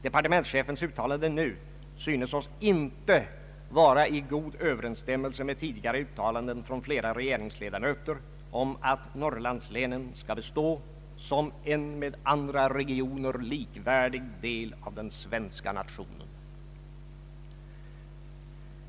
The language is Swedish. Departementschefens uttalande nu synes oss inte vara i god överensstämmelse med tidigare uttalanden från flera regeringsledamöter om att Norrlandslänen skall bestå som en med andra regioner likvärdig del av den svenska nationen.